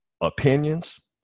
opinions